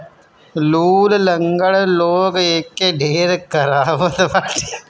लूल, लंगड़ लोग एके ढेर करवावत बाटे